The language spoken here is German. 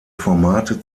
formate